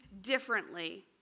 differently